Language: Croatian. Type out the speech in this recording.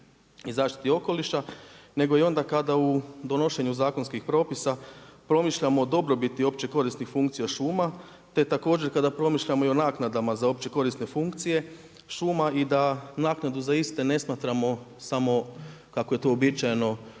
i zaštiti okoliša nego i onda kada u donošenju zakonskih propisa promišljamo o dobrobiti opće korisnih funkcija šuma te također kada promišljamo i o naknadama za opće korisne funkcije i da naknadu za iste ne smatramo samo kako je to uobičajeno